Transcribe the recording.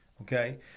okay